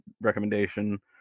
recommendation